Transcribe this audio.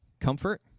comfort